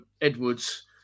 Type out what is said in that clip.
Edwards